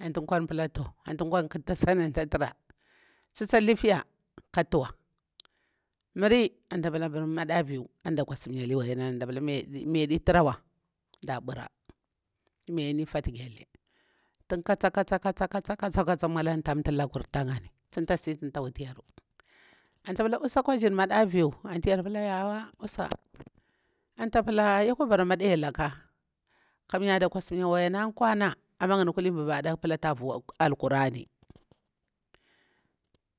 Antu kwan pula to antu tsa ƙeta tasan antu tsa tura tu tsa lifiya ka tuwa miri antu tsa pula mda viu antu da kwasimyali waina na antu da pulali miyadi turuwa da ɓura anhu oniya ni fatu gyale tun katsa katse maulan tamtu lakur tan'ya ni, tumtasi tunta wutu yaru antu ta pula usako jiri mada viu yar pula yawa usa anta pula ya kwa bara mada yar laka kanga da kwasimya waina kwana amma buba da pula ta vu alkurani